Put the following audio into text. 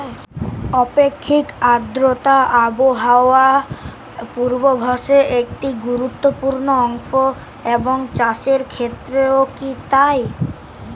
আপেক্ষিক আর্দ্রতা আবহাওয়া পূর্বভাসে একটি গুরুত্বপূর্ণ অংশ এবং চাষের ক্ষেত্রেও কি তাই?